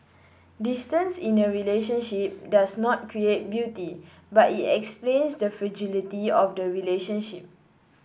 distance in a relationship does not create beauty but it explains the fragility of the relationship